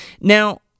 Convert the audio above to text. Now